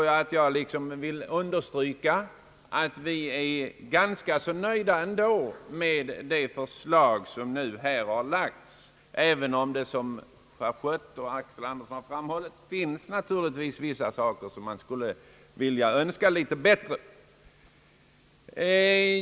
Jag vill understryka, att vi är ganska nöjda med det förslag som nu har lagts fram, även om det såsom herr Schött och herr Axel Andersson har framhållit naturligtvis finns vissa saker som man skulle vilja önska litet bättre.